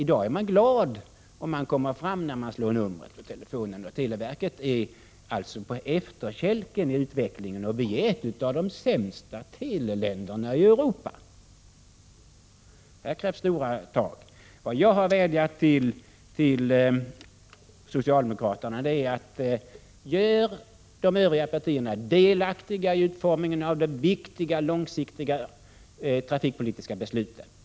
I dag får man vara glad om man kommer fram när man slår numret på telefonen. Televerket är alltså på efterkälken i utvecklingen, och Sverige är ett av de sämsta teleländerna i Europa. Här krävs stora tag! Min vädjan till socialdemokraterna är: Gör de övriga partierna delaktiga i utformningen av de viktiga, långsiktiga trafikpolitiska besluten!